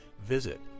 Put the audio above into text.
visit